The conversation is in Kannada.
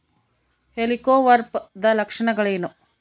ಹೆಲಿಕೋವರ್ಪದ ಲಕ್ಷಣಗಳೇನು?